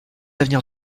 avenir